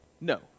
No